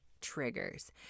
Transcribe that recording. triggers